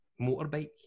motorbike